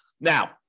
Now